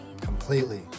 completely